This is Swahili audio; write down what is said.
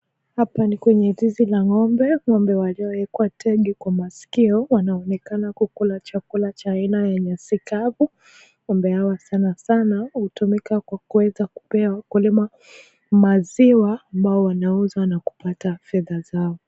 Hapa ni kwenye zizi la ng'ombe. Ng'ombe waliowekwa tege kwa maskio wanaonekana wakikula chakula cha aina yenye sio kavu, ng'ombe hawa sanasana hutumika kupea mkulima maziwa ambayo wanauza na kupata fedha zao.